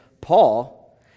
Paul